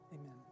Amen